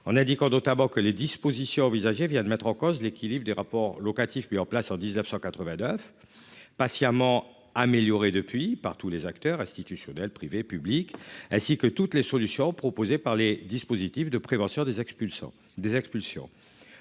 quand d'autres avant que les dispositions envisagées vient de mettre en cause l'équilibre des rapports locatifs, mis en place en 1989. Patiemment améliorée depuis par tous les acteurs institutionnels privés publics ainsi que toutes les solutions proposées par les dispositifs de prévention des expulsions